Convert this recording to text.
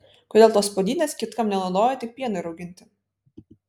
kodėl tos puodynės kitkam nenaudojo tik pienui rauginti